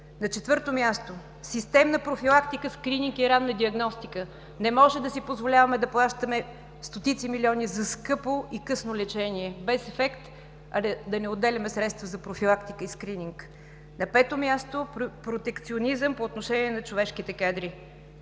На четвърто място системна профилактика в клиники, ранна диагностика. Не може да си позволяваме да плащаме стотици милиони за скъпо и късно лечение без ефект, а да не отделяме средства за профилактика и скрининг. На пето място, протекционизъм по отношение на човешките кадри.